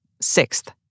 Sixth